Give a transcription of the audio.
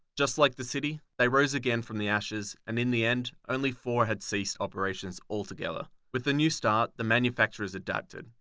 just like the city. they rose again from the ashes and, in the end, only four had ceased operations all together. with a new start, the manufactures adapted,